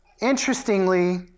interestingly